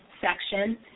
section